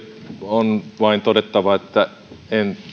on vain todettava että en